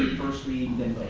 first week then